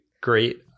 great